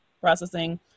processing